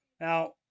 Now